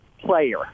player